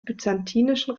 byzantinischen